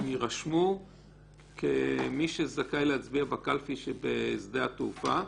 והם יירשמו כמי שזכאי להצביע בקלפי שבשדה התעופה.